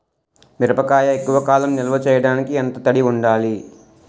మిరపకాయ ఎక్కువ కాలం నిల్వ చేయటానికి ఎంత తడి ఉండాలి?